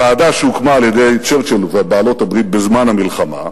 ועדה שהוקמה על-ידי צ'רצ'יל ובעלות-הברית בזמן המלחמה,